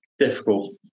difficult